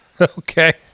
Okay